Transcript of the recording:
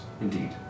Indeed